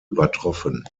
übertroffen